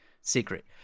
secret